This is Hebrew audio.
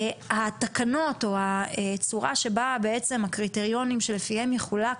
התקנות או הצורה שבה הקריטריונים שלפיהם יחולק